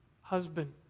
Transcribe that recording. husband